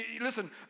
Listen